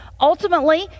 Ultimately